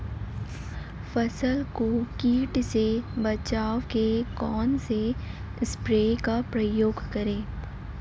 फसल को कीट से बचाव के कौनसे स्प्रे का प्रयोग करें?